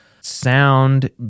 Sound